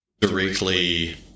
directly